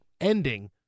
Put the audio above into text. ending